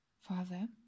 Father